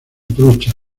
trucha